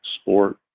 sport